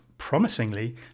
Promisingly